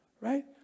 right